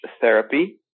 therapy